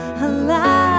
alive